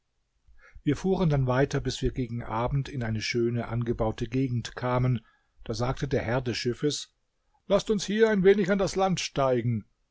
wir fuhren dann weiter bis wir gegen abend in eine schöne angebaute gegend kamen da sagte der herr des schiffes laßt uns hier ein wenig an das land steigen